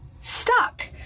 stuck